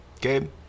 Gabe